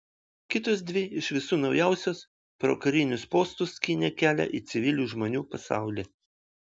kitos dvi iš visų naujausios pro karinius postus skynė kelią į civilių žmonių pasaulį